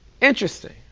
Interesting